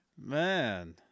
Man